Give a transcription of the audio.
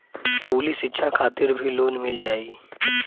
इस्कुली शिक्षा खातिर भी लोन मिल जाई?